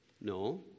No